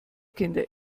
kinder